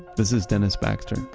this is dennis baxter,